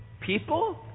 people